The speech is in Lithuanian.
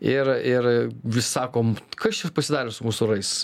ir ir vis sakom kas čia pasidarė su mūsų orais